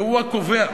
והוא הקובע,